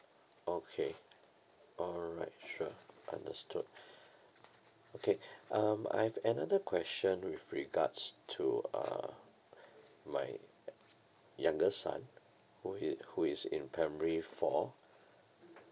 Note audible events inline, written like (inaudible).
okay alright sure understood (breath) okay (breath) um I have another question with regards to uh my youngest son who it who is in primary four